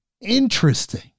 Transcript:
Interesting